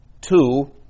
two